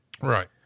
right